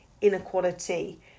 inequality